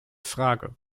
frage